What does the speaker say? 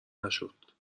نشد